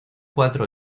cuatro